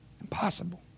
Impossible